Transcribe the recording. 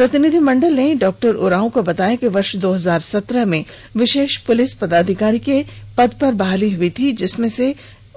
प्रतिनिधिमंडल ने डॉक्टर उरांव को बताया कि वर्ष दो हजार सत्रह में विशेष पदाधिकारी के पद पर बहाली हई थी जिसमें